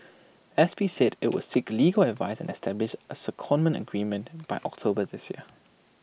S P said IT would seek legal advice and establish A secondment agreement by October this year